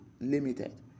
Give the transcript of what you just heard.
limited